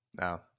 No